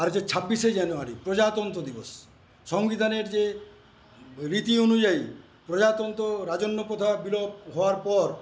আর হচ্ছে ছাব্বিশে জানুয়ারি প্রজাতন্ত্র দিবস সংবিধানের যে রীতি অনুযায়ী প্রজাতন্ত্র রাজন্য প্রথা বিলোপ হওয়ার পর